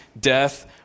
death